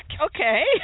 okay